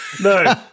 No